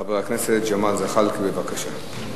חבר הכנסת ג'מאל זחאלקה, בבקשה.